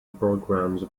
programs